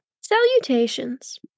Salutations